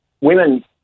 women